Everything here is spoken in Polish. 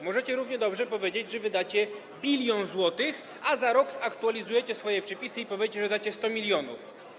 Możecie równie dobrze powiedzieć, że wydacie 1 bln zł, a za rok zaktualizujecie swoje przepisy i powiecie, że dacie 100 mln.